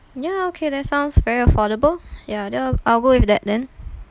ya okay that sounds very affordable ya then I'll go with that then